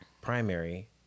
primary